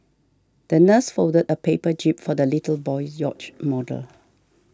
the nurse folded a paper jib for the little boy's yacht model